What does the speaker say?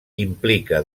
implica